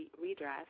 redress